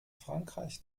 frankreich